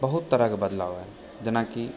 बहुत तरहके बदलाव आयल जेनाकि